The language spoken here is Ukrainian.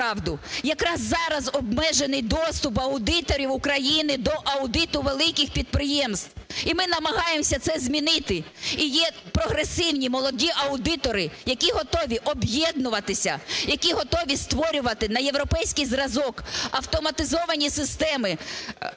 Якраз зараз обмежений доступ аудиторів України до аудиту великих підприємств! І ми намагаємось це змінити. І є прогресивні молоді аудитори, які готові об'єднуватися, які готові створювати на європейський зразок автоматизовані системи